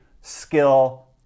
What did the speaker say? skill